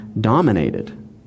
dominated